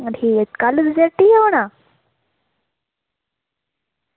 हां ठीक कल्ल तुसें हट्टी गै होना